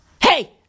Hey